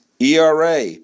ERA